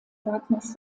wagners